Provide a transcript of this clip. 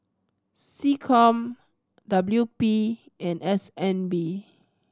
SecCom W P and S N B